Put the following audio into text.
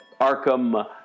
Arkham